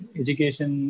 education